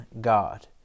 God